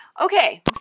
okay